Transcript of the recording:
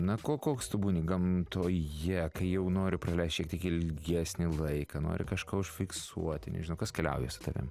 na ko koks tu būni gamtoje kai jau nori praleist šiek tiek ilgesnį laiką nori kažko užfiksuoti nežinau kas keliauja su tavim